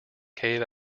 cave